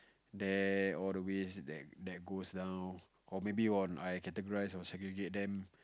there all the ways that goes down or maybe I categorize or segregate them